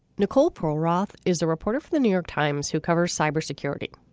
nicole pearl roth is a reporter for the new york times who covers cybersecurity.